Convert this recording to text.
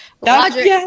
Logic